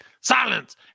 Silence